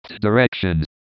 Directions